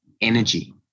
energy